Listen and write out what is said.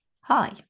hi